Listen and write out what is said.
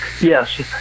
yes